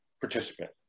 participant